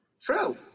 True